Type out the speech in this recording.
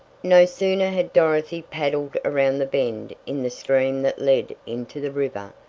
no sooner had dorothy paddled around the bend in the stream that led into the river,